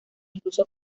incluso